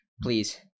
Please